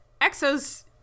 Exos